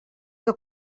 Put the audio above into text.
que